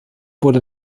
wurde